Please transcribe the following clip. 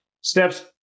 Steps